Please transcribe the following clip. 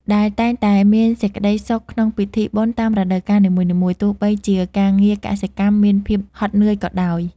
ដែលតែងតែមានសេចក្តីសុខក្នុងពិធីបុណ្យតាមរដូវកាលនីមួយៗ ទោះបីជាការងារកសិកម្មមានភាពហត់នឿយក៏ដោយ។